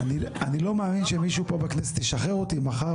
אני לא מאמין שמישהו פה בכנסת ישחרר אותי מחר,